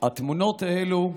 התמונות האלו,